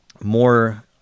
more